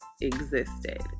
existed